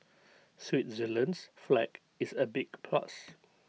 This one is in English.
Switzerland's flag is A big plus